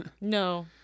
No